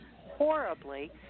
horribly